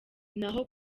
naho